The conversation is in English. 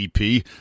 EP